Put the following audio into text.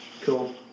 cool